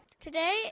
Today